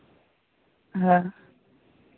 ᱦᱮᱸ